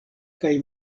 kaj